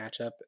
matchup